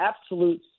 absolute –